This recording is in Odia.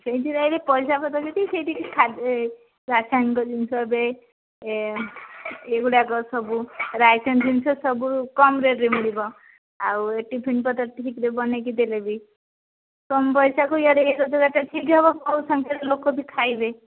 ସେଇଠି ରହିକି ପଇସା ପତ୍ର କିଛି ସେଇଠିକି ରାସାୟନିକ ଜିନିଷ ଏବେ ଏ ଏଗୁଡ଼ାକ ସବୁ ଜିନିଷ ସବୁ କମ୍ ରେଟ୍ରେ ମିଳିବ ଆଉ ଏ ଟିଫିନ ପତ୍ର ଠିକ୍ରେ ବନେଇକି ଦେଲେ ବି କମ ପଇସାକୁ ଇଆଡ଼େ ଏଇ ଠିକ୍ ହେବ ଆଉ ବହୁ ସଂଖ୍ୟାରେ ଲୋକ ବି ଖାଇବେ